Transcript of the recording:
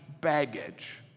baggage